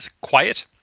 quiet